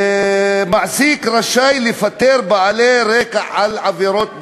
מעסיק רשאי לפטר בעלי רקע של עבירות ביטחון.